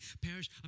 perish